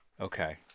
Okay